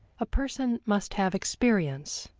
a person must have experience,